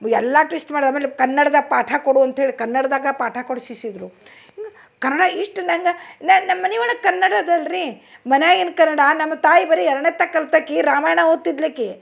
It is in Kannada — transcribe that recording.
ಎಲ್ಲ ಟ್ವಿಸ್ಟ್ ಮಾಡಿ ಆಮೇಲೆ ಕನ್ನಡ್ದಾಗೆ ಪಾಠ ಕೊಡು ಅಂತೇಳಿ ಕನ್ನಡ್ದಾಗೆ ಪಾಠ ಕೊಡಿಶಿದ್ರು ಕನ್ನಡ ಇಷ್ಟು ನಂಗೆ ನಾನು ನಮ್ಮ ಮನೆ ಒಳಗೆ ಕನ್ನಡದಲ್ಲಿ ರೀ ಮನೇಗಿನ ಕನ್ನಡ ನಮ್ಮ ತಾಯಿ ಬರೀ ಎರಡನೇ ತಕ್ ಕಲ್ತಾಕೆ ರಾಮಾಯಣ ಓದ್ತಿದ್ಲು ಆಕೆ